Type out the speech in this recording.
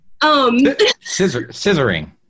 Scissoring